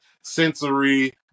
sensory